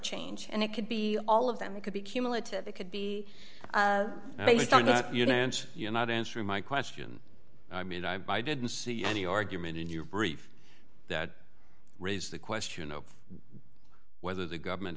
change and it could be all of them it could be cumulative it could be based on that you know you're not answering my question i mean i didn't see any argument in your brief that raise the question of whether the government